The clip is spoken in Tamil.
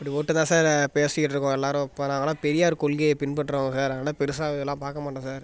இப்படி ஒட்டு தான் சாரு பேசிகிட்ருக்கோம் எல்லாரும் இப்போ நாங்களாம் பெரியார் கொள்கையை பின்பற்றவக நாங்களாம் பெருசாக இதெலாம் பார்க்க மாட்டோம் சார்